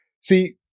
See